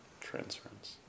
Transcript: transference